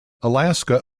alaska